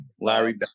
Larry